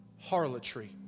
harlotry